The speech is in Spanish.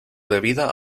debida